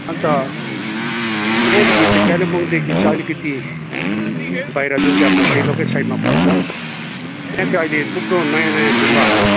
अन्त त्यहाँदेखि चाहिँ कालिम्पोङदेखि चाहिँ अलिकति बाहिर जुन चाहिँ अब डेलोकै साइटमा पर्छ त्यहाँ चाहिँ अहिले थुप्रो नयाँ नयाँ गुम्बाहरू